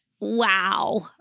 Wow